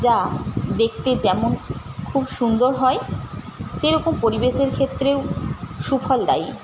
যা দেখতে যেমন খুব সুন্দর হয় সেরকম পরিবেশের ক্ষেত্রেও সুফল দায়ী